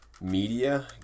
media